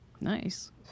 Nice